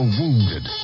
wounded